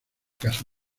casa